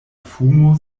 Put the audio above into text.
fumo